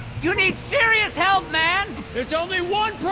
you need serious help, man. there's only one